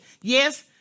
Yes